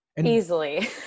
easily